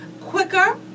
quicker